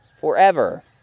forever